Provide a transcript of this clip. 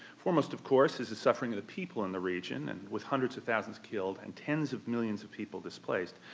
foremost of course is the suffering of the people in the region and with hundreds of thousands killed and tens of millions of people displaced,